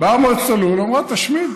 באה מועצת הלול, אמרה: תשמיד.